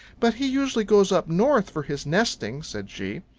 but he usually goes up north for his nesting, said she.